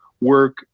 work